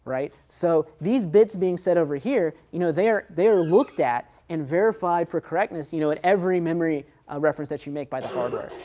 right. so these bits being said over here, you know they're they're looked at and verified for correctness you know at every memory reference that you make by the code.